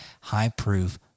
high-proof